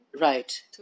Right